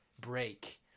break